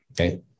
Okay